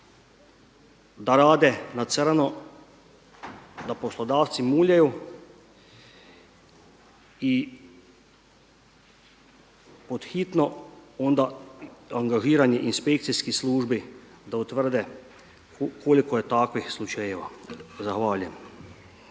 da rade na crno, da poslodavci muljaju i pod hitno onda angažiranje inspekcijskih službi da utvrde koliko je takvih slučajeva. Zahvaljujem.